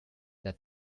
that